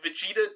Vegeta